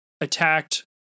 attacked